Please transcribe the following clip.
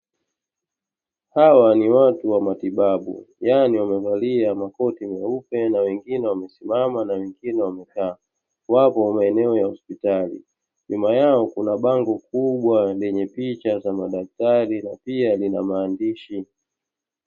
Hawa ni watu wa matibabu, yaani wamevalia makoti meupe, na wengine wamesimama na wengine wamekaa, wapo maeneo ya hospitali. Nyuma yao kuna bango kubwa lenye picha za madaktari, pia lina maandishi.